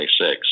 26